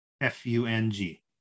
f-u-n-g